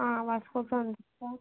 आ वास्को चलता